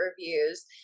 reviews